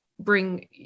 bring